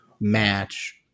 match